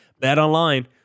BetOnline